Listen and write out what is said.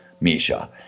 Misha